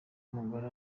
umugore